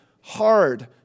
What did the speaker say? hard